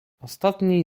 ostatni